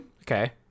Okay